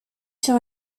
sur